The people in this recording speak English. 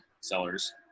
sellers